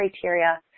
criteria